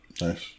Nice